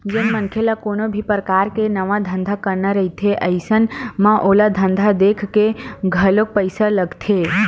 जेन मनखे ल कोनो भी परकार के नवा धंधा करना रहिथे अइसन म ओला धंधा देखके घलोक पइसा लगथे